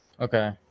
Okay